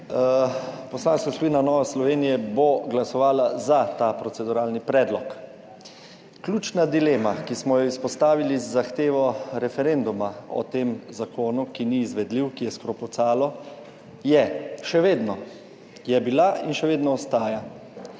Poslanska skupina Nove Slovenije bo glasovala za ta proceduralni predlog. Ključna dilema, ki smo jo izpostavili z zahtevo referenduma o tem zakonu, ki ni izvedljiv, ki je skrpucalo, je še vedno, je bila in še vedno ostaja,